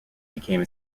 became